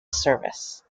service